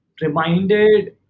reminded